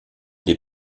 des